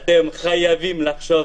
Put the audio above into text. אתם חייבים לחשוב